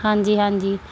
ਹਾਂਜੀ ਹਾਂਜੀ